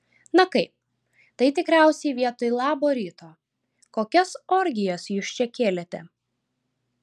na kaip tai tikriausiai vietoj labo ryto kokias orgijas jūs čia kėlėte